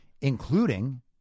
including